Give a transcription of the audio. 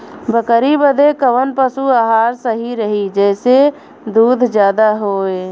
बकरी बदे कवन पशु आहार सही रही जेसे दूध ज्यादा होवे?